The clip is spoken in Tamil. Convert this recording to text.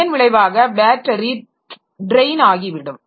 இதன் விளைவாக பேட்டரி ட்ரெயின் ஆகிவிடும்